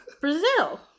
Brazil